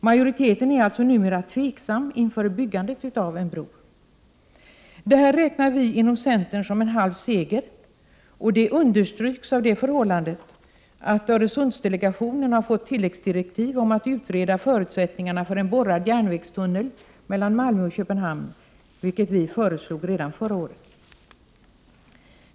Majoriteten är alltså numera tveksam till byggandet av en bro. Detta räknar vi inom centern som en halv seger. Det understryks av det förhållandet att Öresundsdelegationen fått tilläggsdirektiv om att utreda förutsättningarna för en borrad järnvägstunnel mellan Malmö och Köpenhamn, vilket vi föreslog redan förra året.